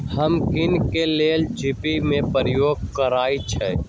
हम किने के लेल जीपे कें प्रयोग करइ छी